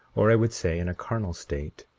or i would say, in a carnal state,